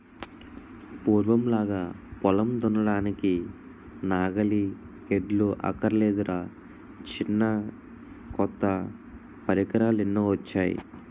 పూర్వంలాగా పొలం దున్నడానికి నాగలి, ఎడ్లు అక్కర్లేదురా చిన్నా కొత్త పరికరాలెన్నొచ్చేయో